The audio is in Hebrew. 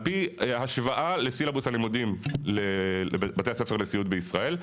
על פי השוואה לסילבוס הלימודים לבתי הספר לסיעוד בישראל.